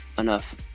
enough